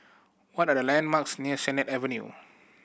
what are the landmarks near Sennett Avenue